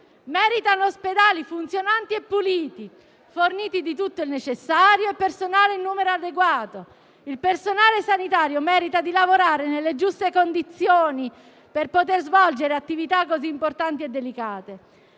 meritano ospedali funzionanti e puliti, forniti di tutto il necessario e di personale in numero adeguato. Il personale sanitario merita di lavorare nelle giuste condizioni, per poter svolgere attività così importanti e delicate.